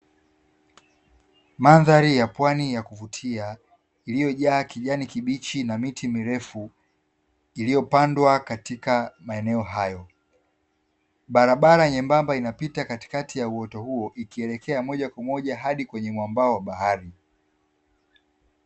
Mandhari ya pwani ya kuvutia iliyojaa kijani kibichi na miti mirefu iliyopandwa katika maeneo hayo, barabara nyembamba inapita katikati ya uoto huo ikielekea moja kwa moja hadi kwenye mwambao wa bahari .